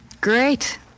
Great